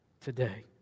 today